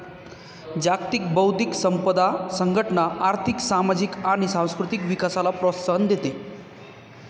जागतिक बौद्धिक संपदा संघटना आर्थिक, सामाजिक आणि सांस्कृतिक विकासाला प्रोत्साहन देते